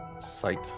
sight